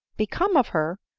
become of her!